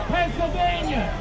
Pennsylvania